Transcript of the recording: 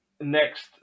next